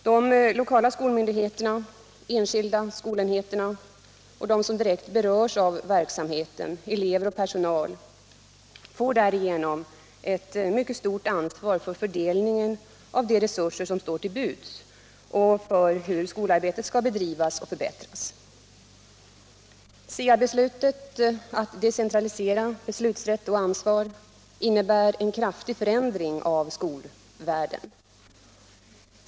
De lokala skolmyndigheterna, enskilda skolenheter och de som direkt berörs av verksamheten, elever och personal, får därigenom ett mycket stort ansvar för fördelningen av de resurser som står till buds och för hur skolarbetet skall bedrivas och förbättras. SIA-beslutet att decentralisera beslutsrätt och ansvar innebär en kraftig förändring av skolvärlden.